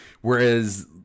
Whereas